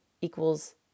equals